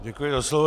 Děkuji za slovo.